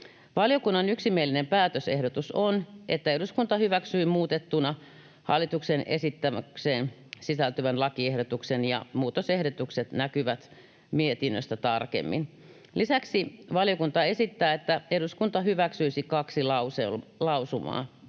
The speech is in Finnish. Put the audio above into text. Valiokunnan yksimielinen päätösehdotus on, että eduskunta hyväksyy muutettuna hallituksen esitykseen sisältyvän lakiehdotuksen, ja muutosehdotukset näkyvät mietinnöstä tarkemmin. Lisäksi valiokunta esittää, että eduskunta hyväksyisi kaksi lausumaa,